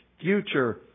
future